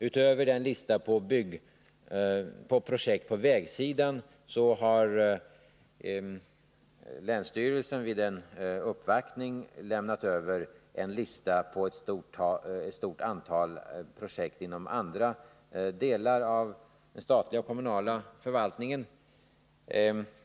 Utöver en lista på projekt på vägsidan har länsstyrelsen vid en uppvaktning överlämnat en lista på ett stort antal projekt inom andra delar av den statliga och kommunala förvaltningen.